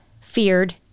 feared